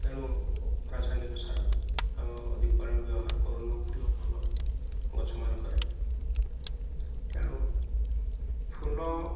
ତେଣୁ ରାସାୟନିକ ସାର ଆଉ ଅଧିକ ପରିମାଣରେ ବ୍ୟବହାର କରୁନାହୁଁ ଫୁଲ ଫଳ ଗଛ ମାନଙ୍କରେ ତେଣୁ ଫୁଲ